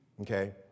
okay